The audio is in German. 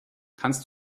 kannst